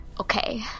Okay